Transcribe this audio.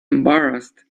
embarrassed